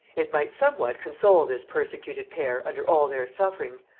it might somewhat console this persecuted pair under all their sufferings,